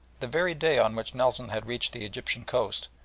the very day on which nelson had reached the egyptian coast,